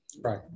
Right